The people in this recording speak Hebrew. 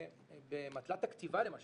שבמטלת הכתיבה למשל,